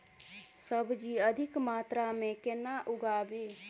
सब्जी अधिक मात्रा मे केना उगाबी?